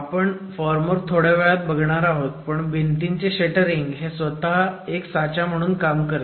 आपण फॉर्मवर्क थोड्या वेळात बघणार आहोत पण भिंतीचे शटरिंग हे स्वतः एक साचा म्हणून काम करते